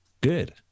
good